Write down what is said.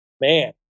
man